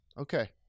Okay